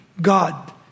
God